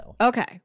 okay